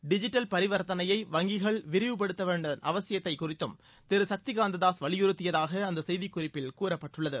digital பரிவாத்தனையை வங்கிகள் விரிவுப்படுத்துவதன் அவசியம் குறித்து திரு சக்திகாந்த தாஸ் வலியுறுத்தியதாக அந்த செய்திக்குறிப்பில் கூறப்பட்டுள்ளது